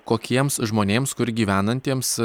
kokiems žmonėms kur gyvenantiems